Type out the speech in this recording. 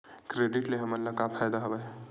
Credit ले हमन ला का फ़ायदा हवय?